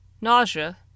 nausea